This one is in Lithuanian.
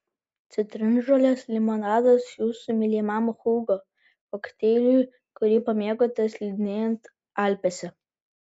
citrinžolės limonadas jūsų mylimam hugo kokteiliui kurį pamėgote slidinėjant alpėse